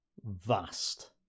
vast